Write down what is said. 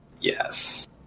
yes